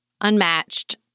unmatched